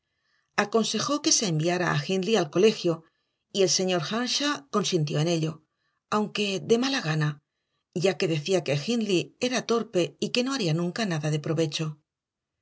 aconsejó que se enviara a hindley al colegio y el señor earnshaw consintió en ello aunque de mala gana ya que decía que hindley era torpe y que no haría nunca nada de provecho